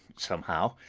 somehow,